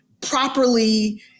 properly